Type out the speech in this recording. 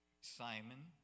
Simon